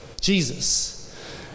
Jesus